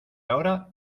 ahora